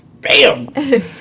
Bam